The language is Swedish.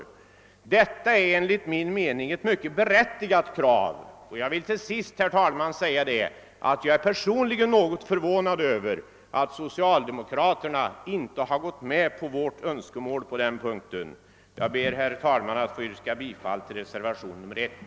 Detta är enligt mitt förmenande ett mycket berättigat krav. Jag vill till sist, herr talman, säga att jag personligen är något förvånad över att socialdemokraterna inte gått med på vårt önskemäl på den punkten. Jag ber, herr talman, att få yrka bifall till reservationen 1.